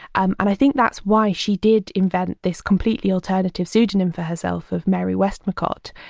and and i think that's why she did invent this completely alternative pseudonym for herself of mary westmacott,